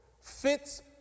fits